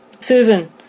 Susan